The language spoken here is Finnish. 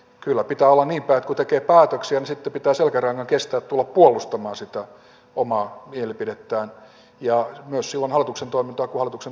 kyllä pitää olla niinpäin että kun tekee päätöksiä niin sitten pitää selkärangan kestää tulla puolustamaan sitä omaa mielipidettään ja myös hallituksen toimintaa silloin kun hallituksen toimintaa tukee